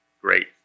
great